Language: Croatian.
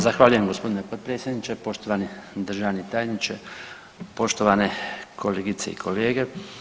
Zahvaljujem g. potpredsjedniče, poštovani državni tajniče, poštovane kolegice i kolege.